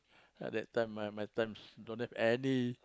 ya that time my my times don't have any